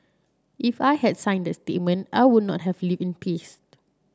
if I had signed that statement I would not have lived in peace